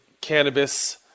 cannabis